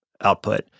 output